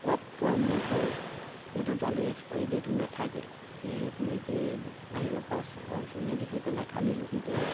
সোৱাদ পোৱা নগ'ল যিহেতু দালিৰ এক্সপাইৰি ডেটো নেথাকে সেয়ে তেনেকৈয়ে বাহিৰৰ পৰা ৰংচঙীয়া দেখি পেলাই আনিলোঁ কিন্তু